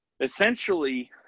essentially